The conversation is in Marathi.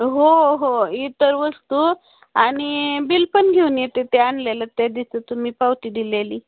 हो हो इतर वस्तू आणि बिल पण घेऊन येते ते आणलेलं त्या दिसं तुम्ही पावती दिलेली